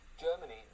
Germany